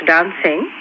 Dancing